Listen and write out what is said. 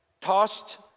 tossed